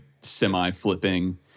semi-flipping